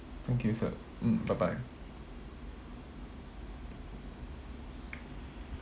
thank you sir mm bye bye